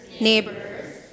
neighbors